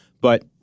but-